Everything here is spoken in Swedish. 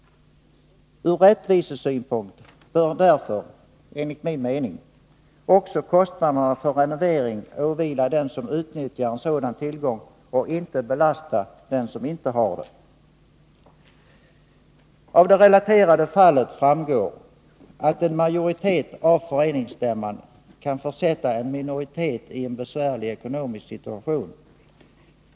Ur rättvisesynpunkt bör därför enligt min mening också kostnaderna för renovering åvila den som utnyttjar en sådan tillgång och inte belasta den som inte har en sådan. Av det relaterade fallet framgår att en majoritet av föreningsstämman kan försätta en minoritet i en besvärlig ekonomisk situation.